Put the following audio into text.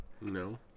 No